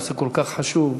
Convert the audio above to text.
הנושא כל כך חשוב,